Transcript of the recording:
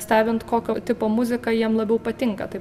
stebint kokio tipo muzika jiem labiau patinka tai